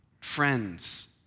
friends